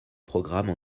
programmes